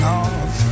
off